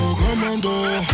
commando